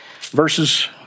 verses